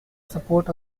support